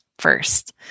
First